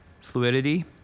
fluidity